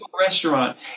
restaurant